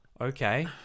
okay